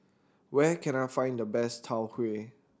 where can I find the best Tau Huay